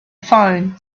phone